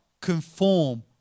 conform